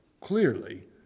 clearly